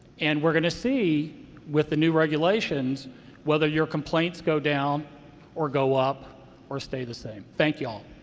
and we're going to see with the new regulations whether your complaints go down or go up or stay the same. thank you all.